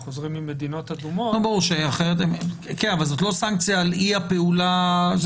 החוזרים ממדינות אדומות --- אבל זו לא סנקציה על אי הפעולה.